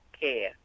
care